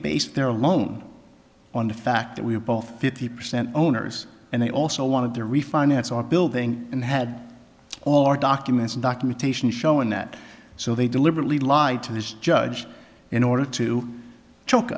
based their loan on the fact that we are both fifty percent owners and they also wanted to refinance our building and had all our documents and documentation showing that so they deliberately lied to this judge in order to choke